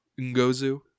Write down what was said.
Ngozu